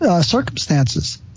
circumstances